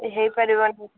ହେଇପାରିବନି